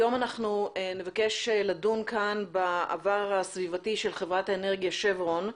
היום נדון בעבר הסביבתי של חברת האנרגיה שברון,